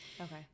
Okay